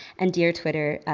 and dear twitter,